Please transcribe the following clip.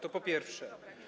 To po pierwsze.